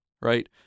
right